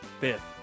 Fifth